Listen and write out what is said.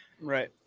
Right